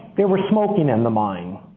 they were smoking in the mine